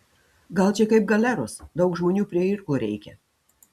gal čia kaip galeros daug žmonių prie irklų reikia